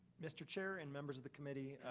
mr. chair and members of the committee,